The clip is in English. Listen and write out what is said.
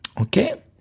okay